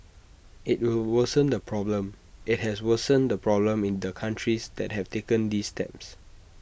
IT will worsen the problem IT has worsened the problem in the countries that have taken these steps